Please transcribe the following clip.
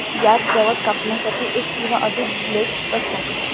यात गवत कापण्यासाठी एक किंवा अधिक ब्लेड असतात